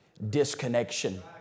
Disconnection